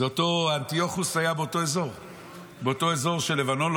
אנטיוכוס היה באותו האזור של לבנון.